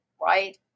right